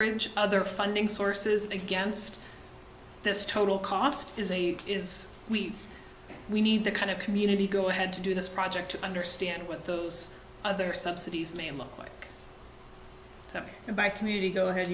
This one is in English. for other funding sources against this total cost is a is we we need the kind of community go ahead to do this project to understand what those other subsidies may look like and by community go ahead